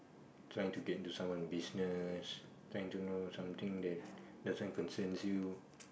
trying to get into someone business trying to know something that doesn't concerns you